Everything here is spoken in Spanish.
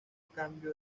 cambio